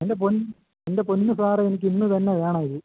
എൻ്റെ എൻ്റെ പൊന്നു സാറേ എനിക്ക് ഇന്ന് തന്നെ വേണം ഇത്